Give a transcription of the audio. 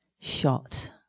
shot